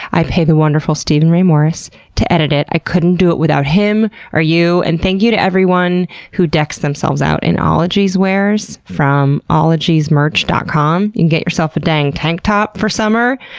i pay the wonderful steven ray morris to edit it, i couldn't do it without him or you. and thank you to everyone who decks themselves out in ologies wares from ologiesmerch dot com get yourself a dang tank top for summer,